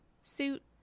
suit